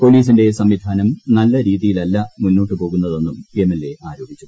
പൊലീസിന്റെ സംവിധാനം നല്ല രീതിയിലല്ല മുന്നോട്ടു പോകുന്നതെന്നും എംഎൽഎ ആരോപിച്ചു